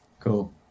Cool